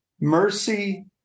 mercy